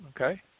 Okay